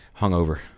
hungover